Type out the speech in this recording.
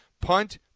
punt